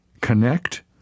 connect